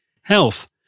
health